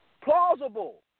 plausible